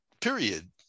period